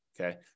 Okay